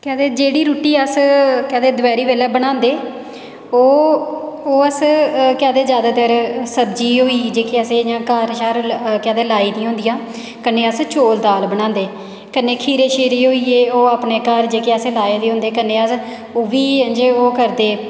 केह् आखदे जेह्ड़ी रुट्टी अस केह् आखदे दपैह्रीं बेल्लै बनांदे ओह् केह् आखदे अस जादैतर सब्जी होई जेह्की असें घर केह् आखदे होंदे लाई दी होंदियां कन्नै अस चौल दाल बनांदे कन्नै खीरे होई गे ओह् अपने घर असें कन्नै लाए दे होंदे ओह्बी ओह् करदे